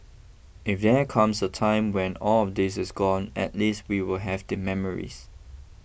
if there comes a time when all of this is gone at least we will have the memories